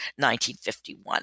1951